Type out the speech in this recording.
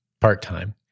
part-time